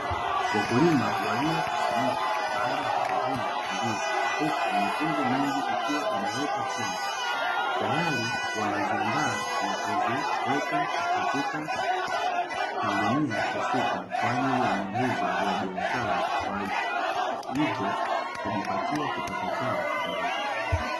Wakulima waliokusanyika baada ya kuvuna ndizi huku mikungu mingi ikiwa imewekwa chini, tayari wanaziandaa na kuziweka katika magunia husika kwa ajili ya mauzo ya biashara, kwa hivyo kujipatia kipato chao kimaisha.